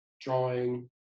drawing